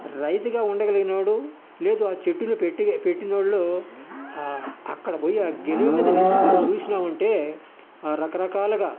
రైతుగా ఉండగలిగినోడు లేదు ఆ చెట్టుని పెట్టి పెట్టినోళ్ళు అక్కడ పోయి ఆ గెనుమ్ మీద నిలుచుకొని చూసినామంటే రకరకాలగా